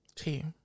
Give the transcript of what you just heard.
Okay